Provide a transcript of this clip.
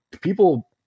people